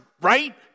right